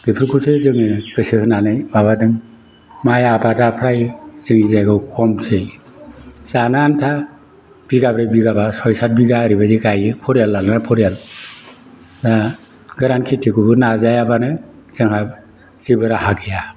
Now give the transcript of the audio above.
बेफोरखौसो जोङो गोसो होनानै माबादों माइ आबादा फ्राय जोंनि जायगायाव खमसै जानो आनथा बिगाब्रै बिगाबा सय सात बिगा ओरैबायदि गायो फरियाल लानानै फरियाल दा गोरान खेथिखौबो नाजायाबानो जोंहा जेबो राहा गैया